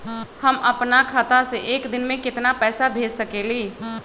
हम अपना खाता से एक दिन में केतना पैसा भेज सकेली?